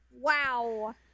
Wow